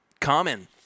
common